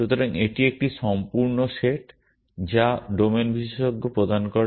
সুতরাং এটি একটি সম্পূর্ণ সেট যা ডোমেন বিশেষজ্ঞ প্রদান করে